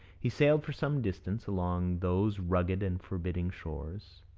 he sailed for some distance along those rugged and forbidding shores,